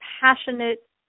passionate